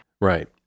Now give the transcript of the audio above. Right